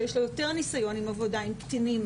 שיש לו יותר ניסיון בעבודה עם קטינים